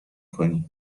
کنی